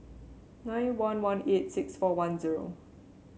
nine one one eight six four one zero